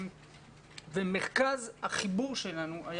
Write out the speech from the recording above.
מרכז החיבור שלנו היה